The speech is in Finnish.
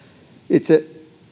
itse